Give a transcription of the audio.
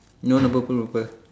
no the purple purple